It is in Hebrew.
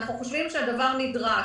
אנחנו חושבים שהדבר נדרש,